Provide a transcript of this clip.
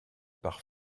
par